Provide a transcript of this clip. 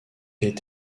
est